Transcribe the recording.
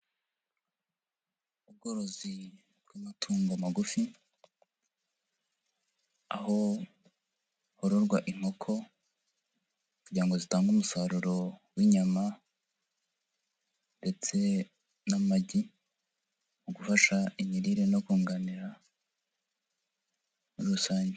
Ubworozi bw'amatungo magufi, aho hororwa inkoko kugira ngo zitange umusaruro w'inyama ndetse n'amagi, mu gufasha imirire no kunganira muri rusange.